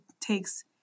takes